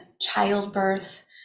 childbirth